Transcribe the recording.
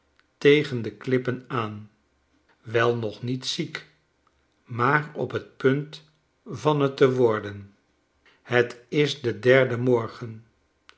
tegen de klippen aan wel nog niet ziek maar op t punt van t te worden het is de derde morgen